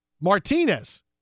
Martinez